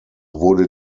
wurde